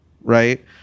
right